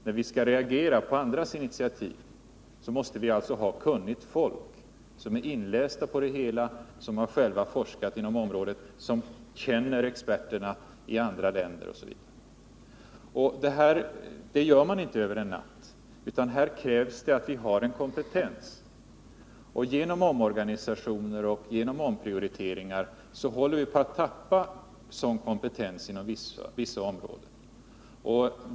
När vi skall reagera på andras initiativ, måste vi ha kunnigt folk som är inlästa på det hela, som själva har forskat inom området, som känner experterna i andra länder osv. Detta åstadkommer man inte över en natt, utan här krävs att man har en kompetens. Genom omorganisationer och omprioriteringar håller vi på att förlora en sådan kompetens på vissa områden.